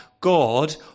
God